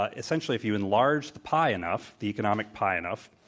ah essentially if you enlarge the pie enough, the economic pie enough,